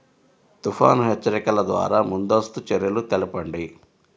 తుఫాను హెచ్చరికల ద్వార ముందస్తు చర్యలు తెలపండి?